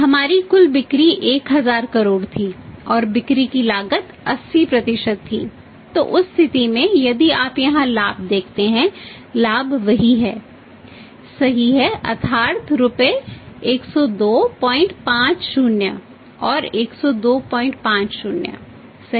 हमारी कुल बिक्री 1000 करोड़ थी और बिक्री की लागत 80 थी तो उस स्थिति में यदि आप यहाँ लाभ देखते हैं लाभ वही है सही है अर्थात् रुपये 10250 और 10250 सही